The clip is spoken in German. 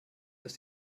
ist